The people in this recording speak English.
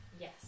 Yes